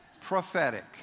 Prophetic